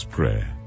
Prayer